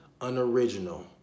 unoriginal